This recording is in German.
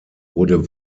wurde